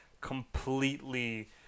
completely